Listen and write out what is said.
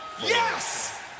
yes